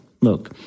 Look